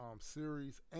series